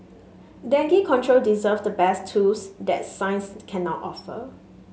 dengue control deserves the best tools that science can now offer